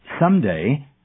someday